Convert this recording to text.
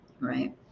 Right